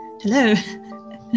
Hello